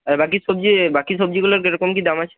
আর বাকি সবজি বাকি সবজিগুলো কীরকম কী দাম আছে